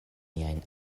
miajn